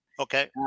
Okay